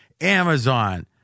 Amazon